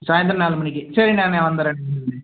சாயந்தரம் நாலு மணிக்கு சரிண்ணே நான் வந்துடுறேண்ணே வந்துடுறேண்ணே